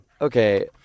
Okay